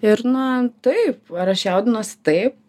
ir na taip ar aš jaudinuosi taip